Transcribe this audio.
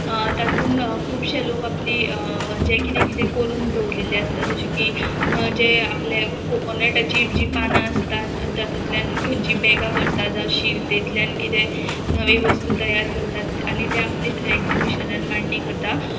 तातूंत खुबशे लोक आपली जे कितें कितें करून दवरले आसता जशे की जे आपले कोकोनटाची जी पानां आसता तातूंतल्यान खंयची बेगा करता जावं शिर्तेंतल्यान कितें नवी वस्तू तयार करतात आनी ते आपली थंय एग्जिबिशनान मांडणी करता